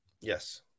Yes